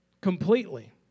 Completely